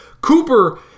Cooper